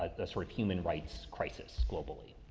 a sort of human rights crisis globally.